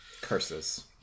Curses